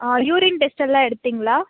ஆ urine டெஸ்ட்டெல்லாம் எடுத்திங்களா